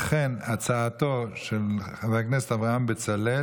לכן הצעתו של חבר הכנסת אברהם בצלאל